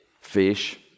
Fish